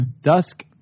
Dusk